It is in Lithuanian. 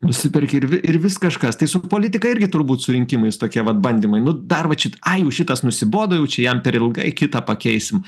nusiperki ir vi ir vis kažkas tai su politika irgi turbūt su rinkimais tokie vat bandymai nu dar vat šitą ai jau šitas nusibodo jau čia jam per ilgai kitą pakeisim